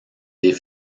des